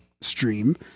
stream